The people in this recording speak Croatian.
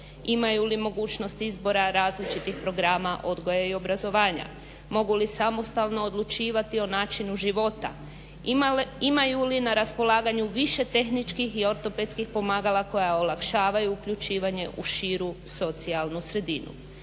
Imaju li mogućnost izbora različitih programa odgoja i obrazovanja, mogu li samostalno odlučivati o načinu života, imaju li na raspolaganju više tehničkih i ortopedskih pomagala koja olakšavaju uključivanje u širu socijalnu sredinu.